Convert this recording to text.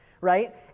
right